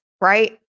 right